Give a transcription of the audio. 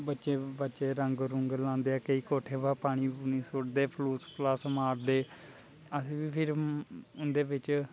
बच्चे बच्चे रंग रूंग लांदे केई कोठे परां पानी सुटदे फलूस फलास मारदे आहीं बी फिर उं'दे बिच्च